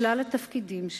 שלל התפקידים שלו,